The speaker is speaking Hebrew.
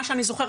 מה שאני זוכרת,